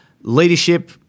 leadership